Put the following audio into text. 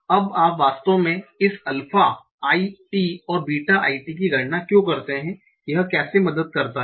अब आप वास्तव में इस अल्फा i t और बीटा i t की गणना क्यों करते हैं यह कैसे मदद करता है